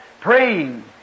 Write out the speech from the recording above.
praying